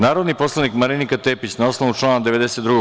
Narodni poslanik Marinika Tepić, na osnovu člana 92.